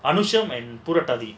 Anusham and Purattathi